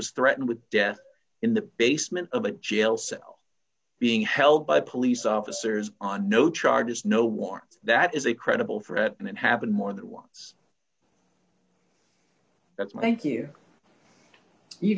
was threatened with death in the basement of a jail cell being held by police officers on no charges no war that is a credible threat and it happened more than once that's my thank you you